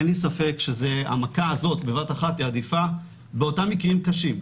אין לי ספק שהמכה הזאת בבת אחת היא העדיפה באותם מקרים קשים.